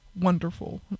wonderful